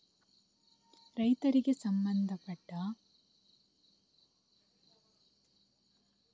ರೈತರಿಗೆ ಉಪಯೋಗ ಆಗುವ ಕೃಷಿಗೆ ಸಂಬಂಧಪಟ್ಟ ಮೊಬೈಲ್ ಅಪ್ಲಿಕೇಶನ್ ಗಳು ಯಾವುದೆಲ್ಲ?